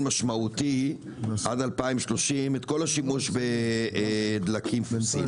משמעותי עד 2030 את כל השימוש בדלקים פוסיליים,